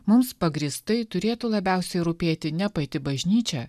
mums pagrįstai turėtų labiausiai rūpėti ne pati bažnyčia